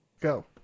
go